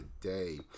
today